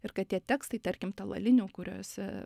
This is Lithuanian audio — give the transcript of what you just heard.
ir kad tie tekstai tarkim talalinių kuriose